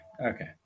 okay